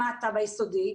למטה, ביסודי,